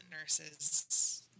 nurses